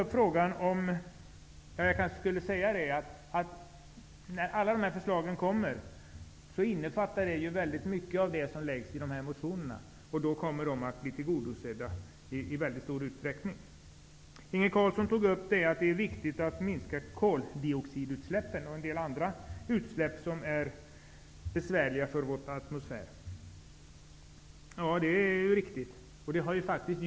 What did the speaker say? De förslag som skall läggas fram innefattar väldigt mycket av det som föreslås i väckta motioner, vilka alltså i väldigt stor utsträckning kommer att bli tillgodosedda. Inge Carlsson sade att det är viktigt att koldioxidutsläppen och en del andra utsläpp som är besvärliga för atmosfären minskas. Ja, det är riktigt.